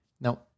no